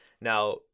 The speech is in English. now